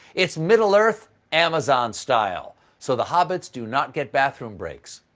it's middle earth, amazon-style! so the hobbits do not get bathroom breaks.